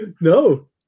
No